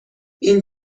این